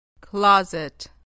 Closet